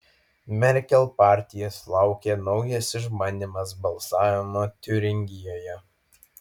merkel partijos laukia naujas išbandymas balsavimu tiuringijoje